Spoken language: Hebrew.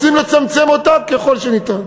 רוצים לצמצם אותה ככל שניתן.